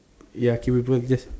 ya kill people just